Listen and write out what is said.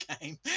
game